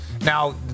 now